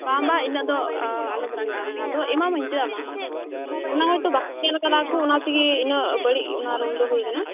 ᱵᱟᱝ ᱵᱟᱝ ᱤᱱᱟᱹᱜ ᱫᱚ ᱟᱞᱚᱢ ᱨᱟᱜᱟᱜᱼᱟ ᱨᱟᱜᱟᱣ ᱫᱚ ᱮᱢᱟᱢᱟᱹᱧ ᱪᱮᱫᱟᱜ ᱵᱟᱝ ᱚᱱᱟ ᱦᱳᱭ ᱛᱚ ᱵᱟᱠᱚ ᱧᱮᱞ ᱟᱠᱟᱫᱟ ᱠᱚ ᱚᱱᱟ ᱛᱤᱜᱤ ᱩᱱᱟᱹᱜ ᱵᱟᱹᱲᱤᱡ ᱚᱱᱟ ᱨᱩᱢ ᱫᱚ ᱦᱩᱭ ᱠᱟᱱᱟ